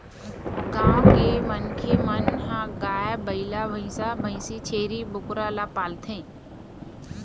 गाँव के मनखे मन ह गाय, बइला, भइसा, भइसी, छेरी, बोकरा ल पालथे